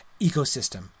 ecosystem